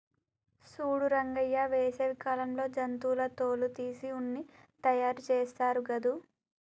సూడు రంగయ్య వేసవి కాలంలో జంతువుల తోలు తీసి ఉన్ని తయారుచేస్తారు గాదు